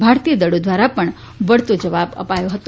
ભારતીય દળો દ્વારા પણ વળતો જવાબ અપાયો હતો